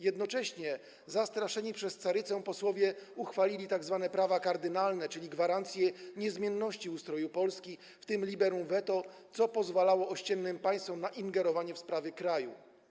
Jednocześnie zastraszeni przez carycę posłowie uchwalili tzw. prawa kardynalne, czyli gwarancję niezmienności ustroju Polski, w tym liberum veto, co pozwalało ościennym państwom na ingerowanie w sprawy kraju.